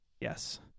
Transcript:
Yes